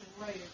Right